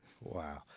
Wow